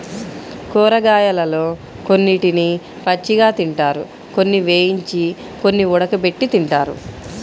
కూరగాయలలో కొన్నిటిని పచ్చిగా తింటారు, కొన్ని వేయించి, కొన్ని ఉడకబెట్టి తింటారు